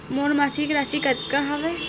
मोर मासिक राशि कतका हवय?